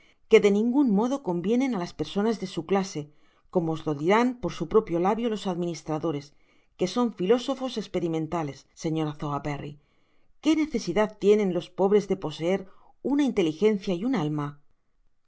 que de ningun modo convienen á las personas de su clase como os lo dirán por su propio labio los administradores que son filósofos experimentales señora so werberry que necesidad tienen osp bres de poseer una inteligencia y un alma